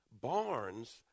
barns